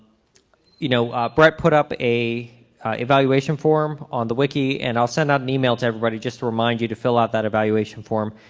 you know brett put up a evaluation form on the wiki and i'll send out an email to everybody just to remind you to fill out that evaluation form.